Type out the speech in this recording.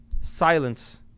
Silence